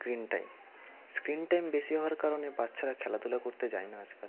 screen time screen time বেশি হওয়ার কারণে বাচ্চারা খেলাধুলা করতে যায় না আজকাল